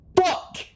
Fuck